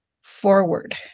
forward